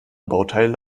bauteile